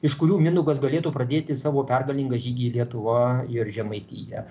iš kurių mindaugas galėtų pradėti savo pergalingą žygį į lietuvą ir žemaitiją